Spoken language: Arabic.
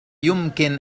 يمكن